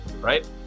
right